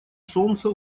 солнца